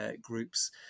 groups